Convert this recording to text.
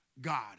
God